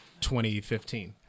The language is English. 2015